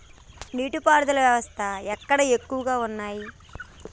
నీటి పారుదల వ్యవస్థలు ఎక్కడ ఎక్కువగా ఉన్నాయి?